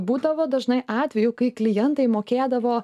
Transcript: būdavo dažnai atvejų kai klientai mokėdavo